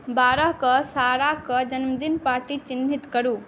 बारह कऽ साराके जन्मदिन पार्टी चिन्हित करू